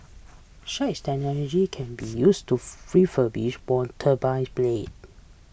such technology can be used to refurbish worn turbine blade